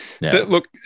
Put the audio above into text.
Look